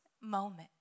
moment